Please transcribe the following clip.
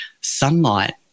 sunlight